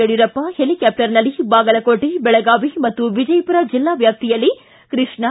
ಯಡಿಯೂರಪ್ಪ ಹೆಲಿಕಾಪ್ಸರ್ನಲ್ಲಿ ಬಾಗಲಕೋಟೆ ಬೆಳಗಾವಿ ಮತ್ತು ವಿಜಯಪುರ ಜಿಲ್ಲಾ ವ್ಯಾಪ್ತಿಯಲ್ಲಿ ಕೃಷ್ಣಾ